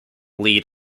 lead